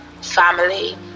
family